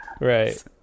Right